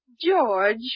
George